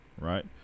right